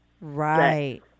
Right